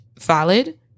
valid